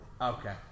Okay